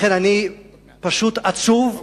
לכן אני פשוט עצוב,